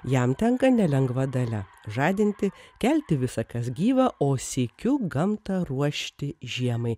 jam tenka nelengva dalia žadinti kelti visa kas gyva o sykiu gamtą ruošti žiemai